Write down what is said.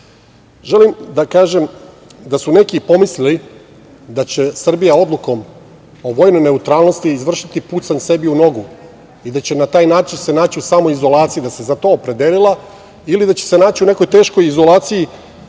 kažem da su neki pomislili da će Srbija odlukom o vojnoj neutralnosti izvršiti pucanj sebi u nogu i da će se na taj način naći u samoizolaciji, da se za to opredelila, ili da će se naći u nekoj teškoj izolaciji